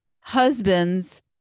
Husbands